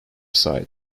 site